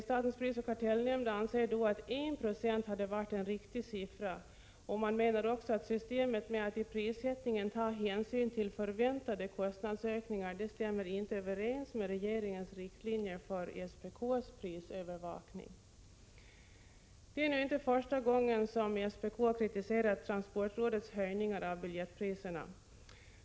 Statens prisoch kartellnämnd anser att 1 90 hade varit en riktig siffra och menar också att systemet med att i prissättningen ta hänsyn till förväntade kostnadsökningar inte stämmer överens med regeringens riktlinjer för SPK:s prisövervakning. Det är nu inte första gången som SPK har kritiserat transportrådets höjningar av biljettpriserna.